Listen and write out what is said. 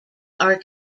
are